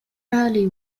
early